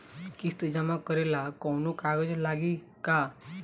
किस्त जमा करे ला कौनो कागज लागी का?